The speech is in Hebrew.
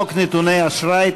חוק נתוני אשראי,